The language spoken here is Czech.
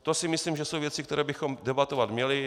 To si myslím, že jsou věci, které bychom debatovat měli.